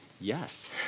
yes